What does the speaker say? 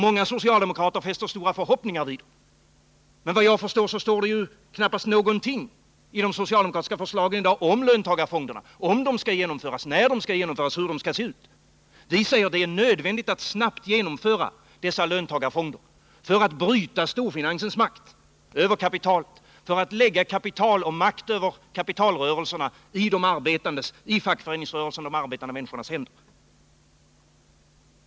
Många socialdemokrater fäster stora förhoppningar vid detta. Men vad jag förstår så står det knappast någonting i de socialdemokratiska förslagen i dag om löntagarfonderna — om de skall genomföras, när de skall genomföras eller hur de skall se ut. Vi säger att det är nödvändigt att snabbt bilda dessa löntagarfonder för att bryta storfinansens makt över kapitalet, för att lägga kapital och makt över kapitalrörelserna i fackföreningsrörelsens och i de arbetande människornas händer.